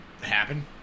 happen